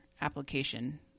application